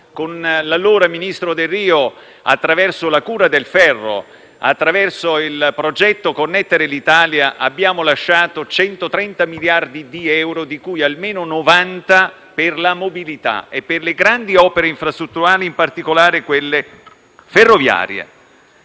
con l'allora ministro Delrio. Attraverso la cura del ferro e il progetto Connettere l'Italia, abbiamo lasciato 130 miliardi di euro, di cui almeno 90 per la mobilità e le grandi opere infrastrutturali, in particolare quelle ferroviarie.